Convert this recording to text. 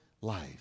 life